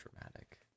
dramatic